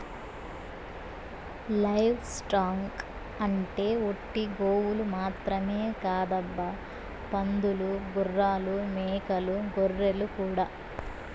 live stock అంటే ఒట్టి గోవులు మాత్రమే కాదబ్బా పందులు గుర్రాలు మేకలు గొర్రెలు కూడా